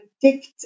predict